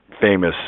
famous